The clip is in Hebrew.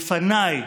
בפניי,